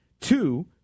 two